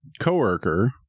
coworker